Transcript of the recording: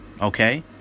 Okay